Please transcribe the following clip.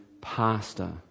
pastor